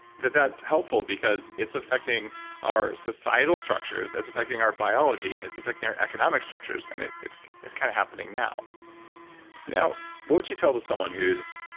that that's helpful because it's affecting our societal structures, it's affecting our biology, and it's affecting our economic structures. and it's it's kind of happening now now, what would you tell to someone who's,